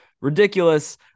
ridiculous